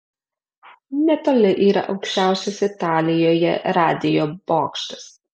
netoli yra aukščiausias italijoje radijo bokštas